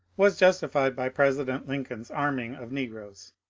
was justified by president lincoln's arming of negroes,